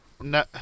No